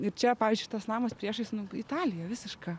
ir čia pavyzdžiui tas namas priešais nu italija visiška